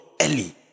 Early